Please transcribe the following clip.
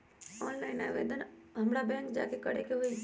Online आवेदन हमरा bank जाके करे के होई?